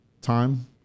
time